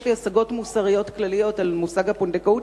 יש לי השגות מוסריות כלליות על מושג הפונדקאות.